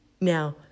Now